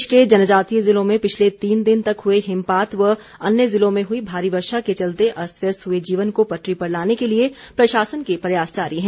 प्रदेश के जनजातीय जिलों में पिछले तीन दिन तक हुए हिमपात व अन्य जिलों में हुई भारी वर्षा के चलते अस्त व्यस्त हुए जीवन को पटरी पर लाने के लिये प्रशासन के प्रयास जारी हैं